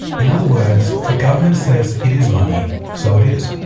in other words, the government says it is money, so it is.